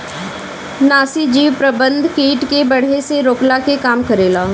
नाशीजीव प्रबंधन किट के बढ़े से रोकला के काम करेला